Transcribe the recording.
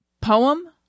Poem